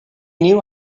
knew